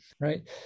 right